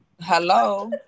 Hello